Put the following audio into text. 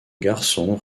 garçons